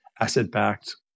asset-backed